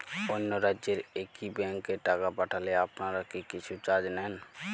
অন্য রাজ্যের একি ব্যাংক এ টাকা পাঠালে আপনারা কী কিছু চার্জ নেন?